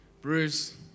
Bruce